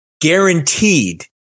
guaranteed